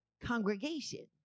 congregation